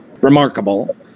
remarkable